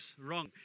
wrong